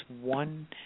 one